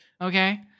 Okay